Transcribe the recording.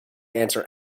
answer